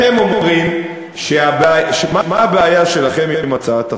אתם אומרים, מה הבעיה שלכם עם הצעת החוק?